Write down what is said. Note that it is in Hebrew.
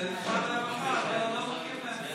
ומשרד הרווחה לא מכיר בהם.